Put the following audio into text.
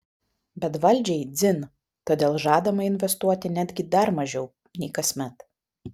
bet valdžiai dzin todėl žadama investuoti netgi dar mažiau nei kasmet